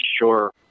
sure